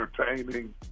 entertaining